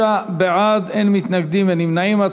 33 בעד, אין מתנגדים, אין נמנעים.